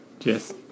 Yes